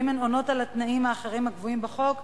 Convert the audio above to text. אם הן עונות על התנאים האחרים הקבועים בחוק,